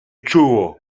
czuło